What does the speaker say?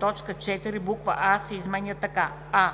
т. 4 буква „а" се изменя така: „а)